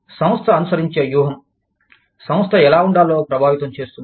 సంస్థ అనుసరించే వ్యూహం సంస్థ ఎలా వుండాలో ప్రభావితం చేస్తుంది